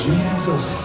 Jesus